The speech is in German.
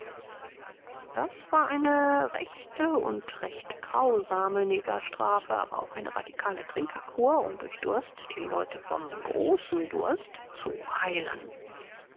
das war eine rechte und recht grausame negerstrafe aber auch eine radikale trinkerkur um durch durst die leute vom großen durst zu heilen